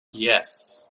yes